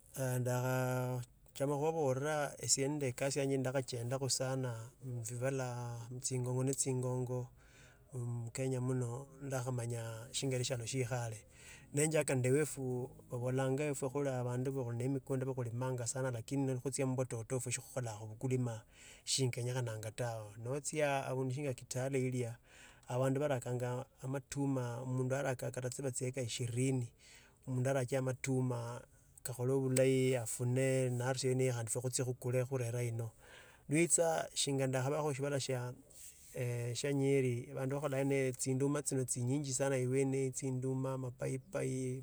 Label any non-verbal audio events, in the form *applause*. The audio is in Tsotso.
*hesitation* eeh dakhachomo khubabora esi niende kasi yanje ndokhachindakha sana mubibala mutsingongo netsi ngonyo mukinya muno ndakhamanya shingana eshihalo shikhare. Nenjiaka nindr wafwe babolanga wefu babolanga wefu babolanga efu khula mbandu khuli ne emihundo ekhulimanga sana lakini ne khutshia mubwatoto irwe sikhokholakho bukulima singakenye khananga tawe. Natsia abundu tsingana kitale. ilia abandu barakanga amatuma kata tsieka ishirini. Mundu arakanga bulahi afune ifwe khutsire khukula khurera ino. Notsa shingana ndakhabaho mushibala ee shia nyeri chinduma tshiliho tsinyinyi omapaipai